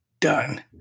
done